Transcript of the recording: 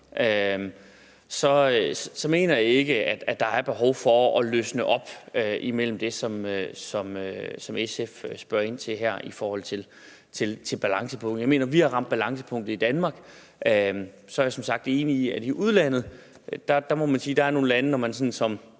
mener jeg ikke, at der er behov for at løsne op i forhold til det, som SF spørger ind til her, i forhold til et balancepunkt. Jeg mener, vi har ramt balancepunktet i Danmark. Så er jeg som sagt enig i, at man, når man sådan som